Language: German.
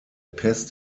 pest